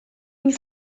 une